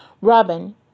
Robin